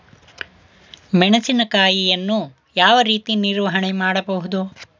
ಮೆಣಸಿನಕಾಯಿಯನ್ನು ಯಾವ ರೀತಿ ನಿರ್ವಹಣೆ ಮಾಡಬಹುದು?